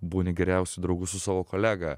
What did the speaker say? būni geriausiu draugu su savo kolega